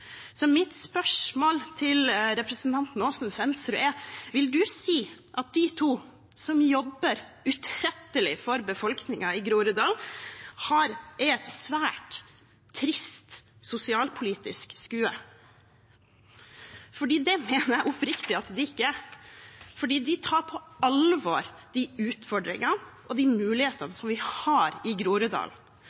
Så mitt spørsmål til representanten Aasen-Svensrud er: Vil hun si at de to, som jobber utrettelig for befolkningen i Groruddalen, er et svært trist sosialpolitisk skue? Det mener jeg oppriktig at de ikke er, for de tar på alvor de utfordringene og de mulighetene vi har i Groruddalen.